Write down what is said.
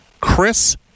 Chris